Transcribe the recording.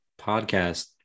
podcast